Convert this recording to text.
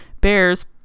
bears